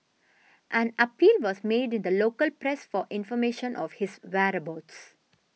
an appeal was made in the local press for information of his whereabouts